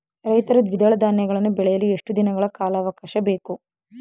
ರೈತರು ದ್ವಿದಳ ಧಾನ್ಯಗಳನ್ನು ಬೆಳೆಯಲು ಎಷ್ಟು ದಿನಗಳ ಕಾಲಾವಾಕಾಶ ಬೇಕು?